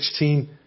16